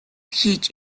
хийж